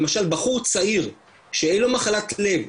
למשל בחור צעיר שאין לו מחלת לב,